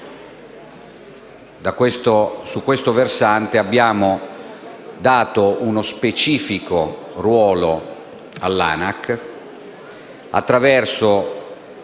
su questo versante, abbiamo assegnato uno specifico ruolo all'ANAC, attraverso